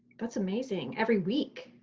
that's amazing. every week?